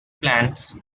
plans